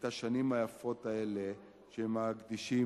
את השנים היפות האלה שהם מקדישים,